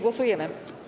Głosujemy.